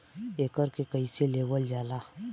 एकरके कईसे लेवल जाला?